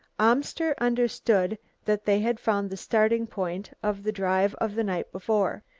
amster understood that they had found the starting point of the drive of the night before.